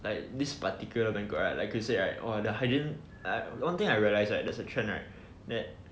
like this particular banquet right like you said right !wah! the hygiene I one thing I realised right there is a trend right that